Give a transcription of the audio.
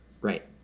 Right